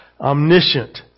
Omniscient